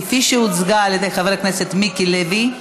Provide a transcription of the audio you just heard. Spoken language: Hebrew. כפי שהוצגה על ידי חבר הכנסת מיקי לוי.